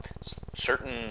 certain